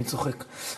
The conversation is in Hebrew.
ברשות יושב-ראש הישיבה,